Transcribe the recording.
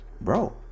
bro